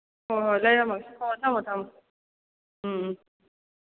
ꯍꯣꯏ ꯍꯣꯏ ꯂꯩꯔꯝꯃꯒꯦ ꯍꯣ ꯊꯝꯃꯣ ꯊꯝꯃꯣ